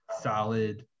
solid